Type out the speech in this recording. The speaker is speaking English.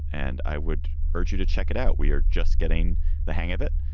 and i would urge you to check it out. we are just getting the hang of it.